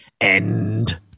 End